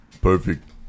Perfect